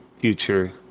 future